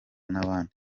n’abandi